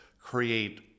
create